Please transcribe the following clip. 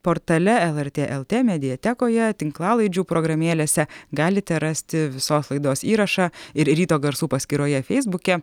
portale lrt lt mediatekoje tinklalaidžių programėlėse galite rasti visos laidos įrašą ir ryto garsų paskyroje feisbuke